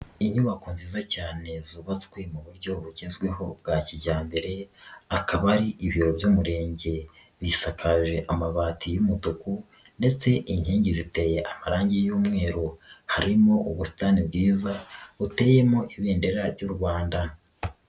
Inyubako nziza cyane zubatswe mu buryo bugezweho bwa kijyambere akaba ari ibiro by'Umurenge, bisakaje amabati y'umutuku ndetse inkingi ziteye amarangi y'umweru, harimo ubusitani bwiza buteyemo ibendera ry'u Rwanda.